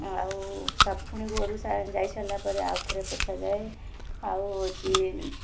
ଆଉ ପୁଣି ଗୋରୁ ଯାଇସାରିଲା ପରେ ଆଉ ଥରେ ପୋଛାଯାଏ ଆଉ ହେଉଛି